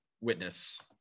witness